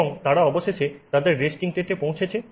এবং তারা অবশেষে তাদের রেস্টিং স্টেটে পৌঁছেছে